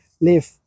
live